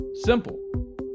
Simple